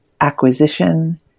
acquisition